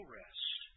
rest